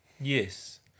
Yes